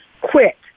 quit